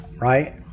right